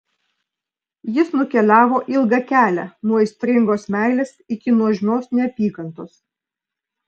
jis nukeliavo ilgą kelią nuo aistringos meilės iki nuožmios neapykantos